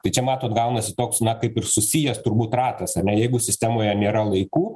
tai čia matot gaunasi toks na kaip ir susijęs turbūt ratas ane jeigu sistemoje nėra laikų